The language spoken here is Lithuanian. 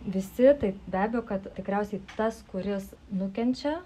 visi tai be abejo kad tikriausiai tas kuris nukenčia